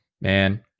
man